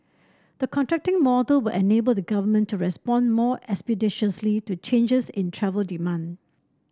the contracting model will enable the Government to respond more expeditiously to changes in travel demand